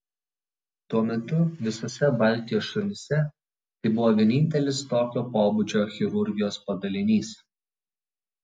tuo metu visose baltijos šalyse tai buvo vienintelis tokio pobūdžio chirurgijos padalinys